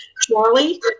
Charlie